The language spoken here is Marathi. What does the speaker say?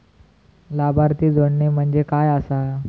लाभार्थी जोडणे म्हणजे काय आसा?